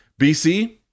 bc